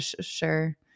sure